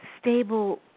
stable